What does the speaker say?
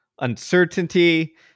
uncertainty